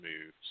moves